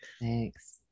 Thanks